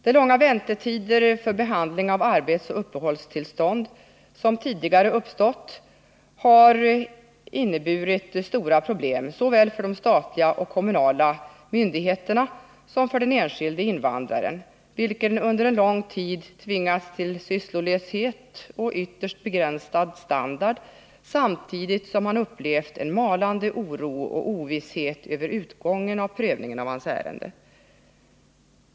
De långa väntetider för behandling av arbetsoch uppehållstillstånd som tidigare uppstått har inneburit stora problem såväl för de statliga och kommunala myndigheterna som för den enskilde invandraren, vilken under en lång tid tvingats till sysslolöshet och ytterst begränsad standard, samtidigt som han upplevt en malande oro och ovisshet över utgången av prövningen av sitt ärende.